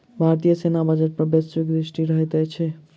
भारतीय सेना बजट पर वैश्विक दृष्टि रहैत अछि